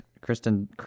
Kristen